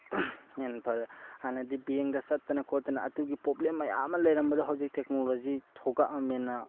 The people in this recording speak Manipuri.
ꯍꯦꯟꯅ ꯐꯔꯦ ꯍꯥꯟꯅꯗꯤ ꯕꯦꯡꯗ ꯆꯠꯇꯅ ꯈꯣꯠꯇꯅ ꯑꯗꯨꯒꯤ ꯄ꯭ꯔꯣꯕ꯭ꯂꯦꯝ ꯃꯌꯥꯝ ꯑꯃ ꯂꯩꯔꯝꯕꯗꯣ ꯍꯧꯖꯤꯛ ꯇꯦꯛꯅꯣꯂꯣꯖꯤ ꯊꯣꯛꯂꯛꯂꯕꯅꯤꯅ